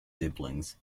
siblings